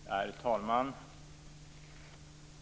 Herr talman!